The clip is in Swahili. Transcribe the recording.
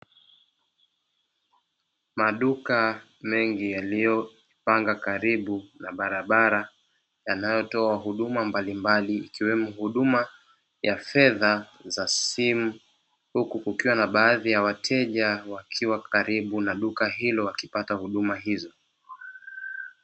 Maduka mengi yaliyopanga karibu na barabara yanayotoa huduma mbalimbali, ikiwemo huduma ya fedha za simu huku kukiwa na baadhi ya wateja wakiwa karibu na duka hilo wakipata huduma hizo.